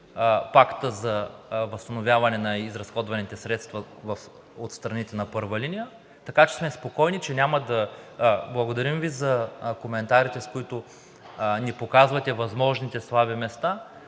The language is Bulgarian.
Пактът за възстановяване на изразходваните средства от страните на първа линия, така че сме спокойни, няма да... Благодарим Ви за коментарите, с които ни показвате възможните слаби места,